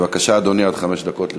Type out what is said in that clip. בבקשה, אדוני, עד חמש דקות לרשותך.